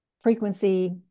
frequency